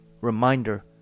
reminder